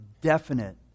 definite